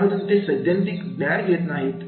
त्यामधून ते सैद्धांतिक ज्ञान घेत नाहीत